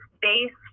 based